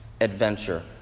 adventure